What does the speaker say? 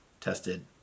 tested